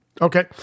Okay